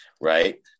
right